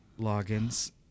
logins